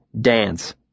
dance